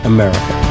America